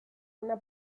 una